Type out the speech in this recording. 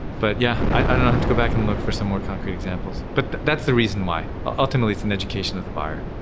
but yeah, i have to go back and look for some more concrete examples, but that's the reason why. ultimately, it's an education of the buyer.